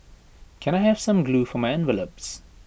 can I have some glue for my envelopes